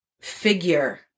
figure